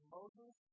Moses